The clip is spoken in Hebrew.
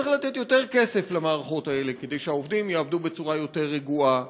צריך לתת יותר כסף למערכות האלה כדי שהעובדים יעבדו בצורה יותר רגועה